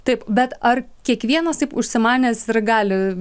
taip bet ar kiekvienas taip užsimanęs ir gali